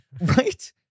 Right